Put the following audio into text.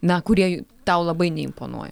na kurie tau labai neimponuoja